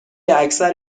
اکثر